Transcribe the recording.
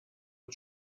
are